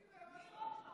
אצל ניר אורבך.